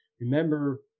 remember